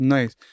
Nice